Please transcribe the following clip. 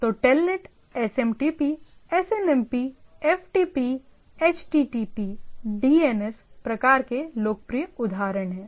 तो Telnet SMTP SNMP FTP HTTP DNS प्रकार के लोकप्रिय उदाहरण हैं